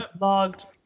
logged